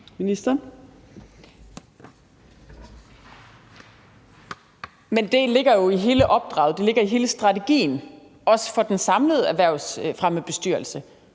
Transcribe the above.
det ligger i hele strategien, også for den samlede Erhvervsfremmebestyrelse,